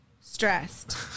stressed